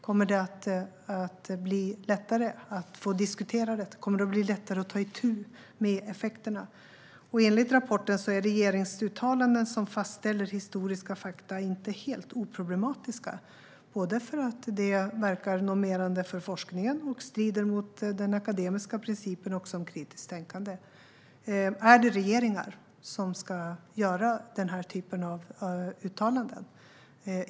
Kommer det att bli lättare att diskutera detta och ta itu med effekterna? Enligt rapporten är regeringsuttalanden som fastställer historiska fakta inte helt oproblematiska, både för att de verkar normerande för forskningen och för att de strider mot den akademiska principen om kritiskt tänkande. Är det regeringar som ska göra den här typen av uttalanden?